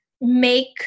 make